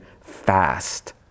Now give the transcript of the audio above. fast